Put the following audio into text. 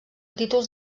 títols